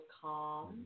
calm